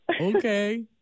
okay